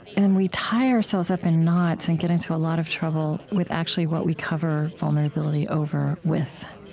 and we tie ourselves up in knots and get into a lot of trouble with actually what we cover vulnerability over with.